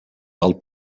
del